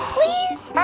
please. oh,